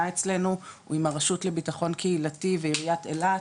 אצלנו הוא עם הרשות לביטחון קהילתי ועריית אילת